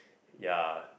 ya